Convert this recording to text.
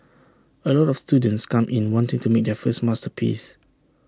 A lot of students come in wanting to make their first masterpiece